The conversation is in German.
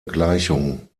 gleichung